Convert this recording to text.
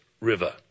River